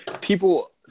People